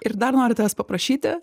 ir dar noriu tavęs paprašyti